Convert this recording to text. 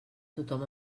tothom